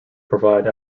provide